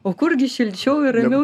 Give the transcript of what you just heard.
o kurgi šilčiau ir ramiau